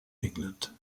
england